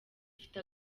ifite